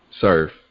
Serve